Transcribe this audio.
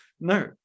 No